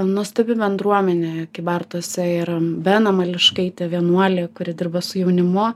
nuostabi bendruomenė kybartuose ir bena mališkaitė vienuolė kuri dirba su jaunimu